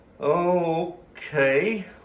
Okay